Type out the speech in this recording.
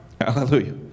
Hallelujah